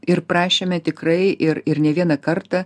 ir prašėme tikrai ir ir ne vieną kartą